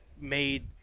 made